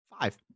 Five